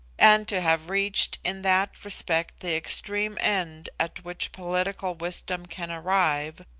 and to have reached in that respect the extreme end at which political wisdom can arrive,